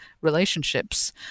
relationships